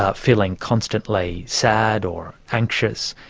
ah feeling constantly sad or anxious,